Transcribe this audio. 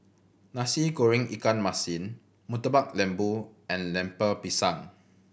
Nasi Goreng ikan masin Murtabak Lembu and Lemper Pisang